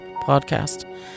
podcast